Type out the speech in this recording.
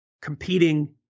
competing